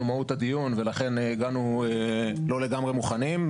מהות הדיון ולכן הגענו לא לגמרי מוכנים.